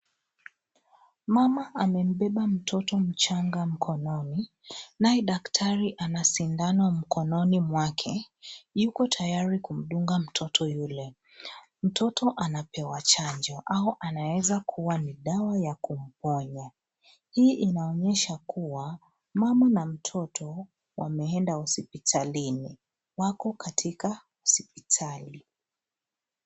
Mama amembeba mtoto mchanga mkononi nae daktari ana sindano mkononi mwake. Yuko tayari kumdunga mtoto yule. Mtoto anapewa chanjo au anaeza kuwa ni dawa ya kumponya. Hii inaonyesha kuwa mama na mtoto wameenda hospitalini wako katika sipitali.